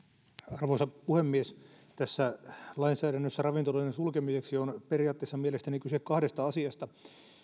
arvoisa puhemies tässä lainsäädännössä ravintoloiden sulkemiseksi on mielestäni periaatteessa kyse kahdesta asiasta